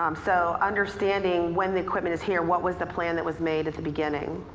um so, understanding when the equipment is here what was the plan that was made at the beginning.